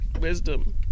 wisdom